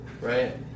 right